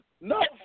No